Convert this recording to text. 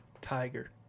Tiger